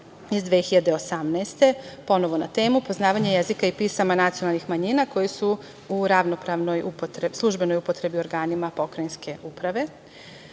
iz 2018. godine, ponovo na temu poznavanje jezika i pisama nacionalnih manjina koji su u ravnopravnoj službenoj upotrebi u organima pokrajinske uprave. Podaci